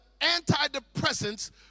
antidepressants